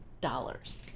dollars